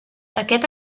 aquest